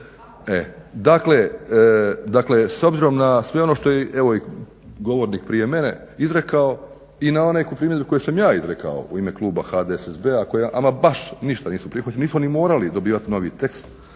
dakle s obzirom na sve ono što je i govornik prije mene izrekao i na onu neku primjedbu koju sam ja izrekao u ime kluba HDSSB-a ako ja ama baš ništa nismo prihvaćali, nismo ni morali dobivati novi tekst